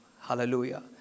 Hallelujah